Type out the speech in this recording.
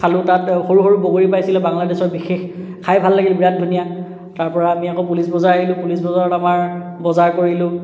খালোঁ তাত সৰু সৰু বগৰী পাইছিলে বাংলাদেশৰ বিশেষ খাই ভাল লাগিল বিৰাট ধুনীয়া তাৰ পৰা আমি আকৌ পুলিচ বজাৰ আহিলোঁ পুলিচ বজাৰত আমাৰ বজাৰ কৰিলোঁ